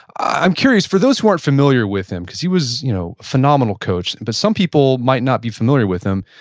i'm curious, for those who aren't familiar with him, cause he was a you know phenomenal coach, but some people might not be familiar with him.